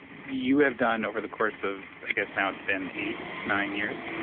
you have done over the course of i guess now it's been eight, nine years?